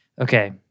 Okay